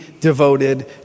devoted